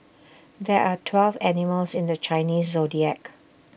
there are twelve animals in the Chinese Zodiac